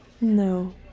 No